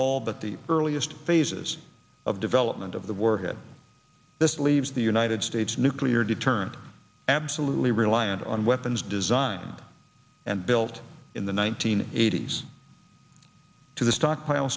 all but the earliest phases of development of the work that this leaves the united states nuclear deterrent absolutely reliant on weapons designed and built in the one nine hundred eighty s to the stockpile